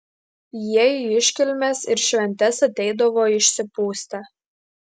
jie į iškilmes ir šventes ateidavo išsipustę